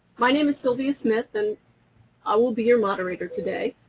my name is sylvia smith, and i will be your moderator today.